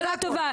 שאלה טובה.